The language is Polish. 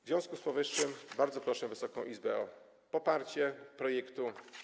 W związku z powyższym bardzo proszę Wysoką Izbę o poparcie projektu.